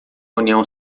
união